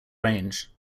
range